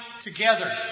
together